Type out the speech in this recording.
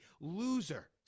Loser